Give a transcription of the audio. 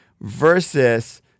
versus